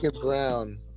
brown